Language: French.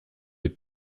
les